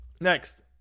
next